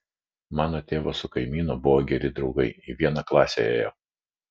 mano tėvas su kaimynu buvo geri draugai į vieną klasę ėjo